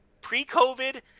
pre-COVID